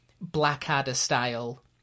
Blackadder-style